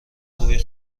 خوبی